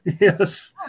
Yes